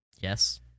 Yes